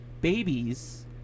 babies